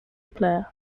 player